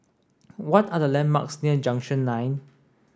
what are the landmarks near Junction nine